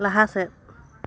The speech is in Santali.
ᱞᱟᱦᱟᱥᱮᱫ